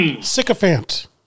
sycophant